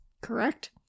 Correct